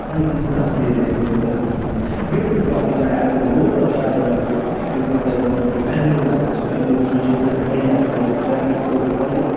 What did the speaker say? اَلگٕے مَزٕ مِلہِ اَسہِ اور گژھنَس بیٚیہِ تہِ چھِ باقٕے جایہِ اَگر بہٕ لوکَل جاے وَنہٕ کہِ یِتھ پٲٹھۍ تۄہہِ بہٕ وَنو کہِ بٮ۪نٛگلور اَگر چھُ بٮ۪نٛگلورَس منٛز چھِ یِتھ پٲٹھۍ ژےٚ پیی آسیو تَتیُک ٹرٛیفِک اوہ ہو واریاہ